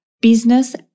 business